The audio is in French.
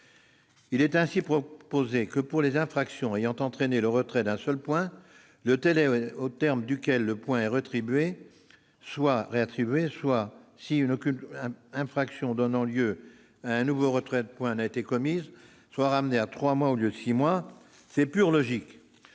Il est ainsi proposé que, pour les infractions ayant entraîné le retrait d'un seul point, le délai au terme duquel ce point est réattribué, si aucune infraction donnant lieu à un nouveau retrait de point n'a été commise, soit ramené à trois mois au lieu de six mois. C'est pure logique